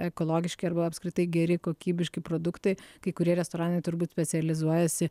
ekologiški arba apskritai geri kokybiški produktai kai kurie restoranai turbūt specializuojasi